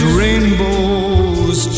rainbows